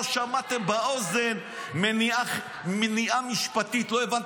לא שמעתם באוזן ----- (חברת הכנסת נעמה